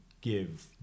give